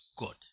God